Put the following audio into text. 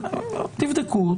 תבדקו.